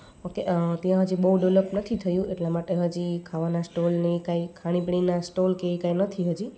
okay ત્યાં હજી બહુ ડેવલપ નથી થયું એટલા માટે હજી ખાવાના સ્ટોલને એ કંઈ ખાણીપીણીના સ્ટોલ કે એ કંઇ નથી હજી